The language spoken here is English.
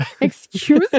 Excuse